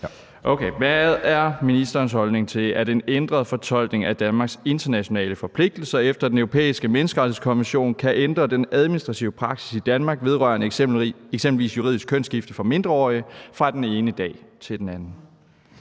(DF): Hvad er ministerens holdning til, at en ændret fortolkning af Danmarks internationale forpligtelser efter Den Europæiske Menneskerettighedskonvention (EMRK) kan ændre den administrative praksis i Danmark vedrørende eksempelvis juridisk kønsskifte for mindreårige fra den ene dag til den anden?